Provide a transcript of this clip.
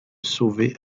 sauver